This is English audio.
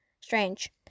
strange